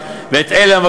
אותה לדין.